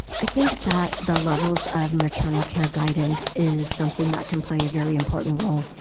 i think that the levels of maternal care guidance is something that can play a very important role.